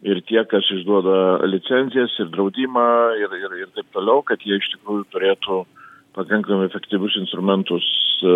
ir tie kas išduoda licencijas ir draudimą ir ir ir taip toliau kad jie iš tikrųjų turėtų pakankamai efektyvius instrumentus